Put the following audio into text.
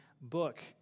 book